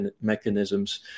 mechanisms